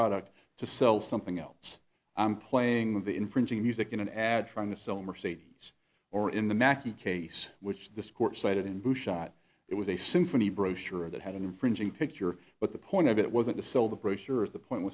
product to sell something else i'm playing with the infringing music in an ad trying to sell mercedes or in the maquis case which this court cited in who shot it was a symphony brochure that had an infringing picture but the point of it wasn't to sell the brochure is the point